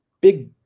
big